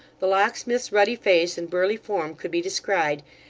the locksmith's ruddy face and burly form could be descried,